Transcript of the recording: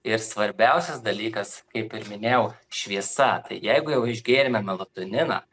ir svarbiausias dalykas kaip ir minėjau šviesa tai jeigu jau išgėrė melatoniną